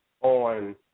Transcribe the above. on